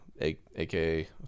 AKA